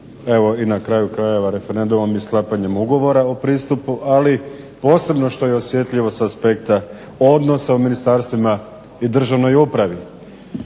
evo i na kraju krajeva referendumom i sklapanjem ugovora o pristupu. Ali posebno što je osjetljivo sa aspekta odnosa u ministarstvima i državnoj upravi.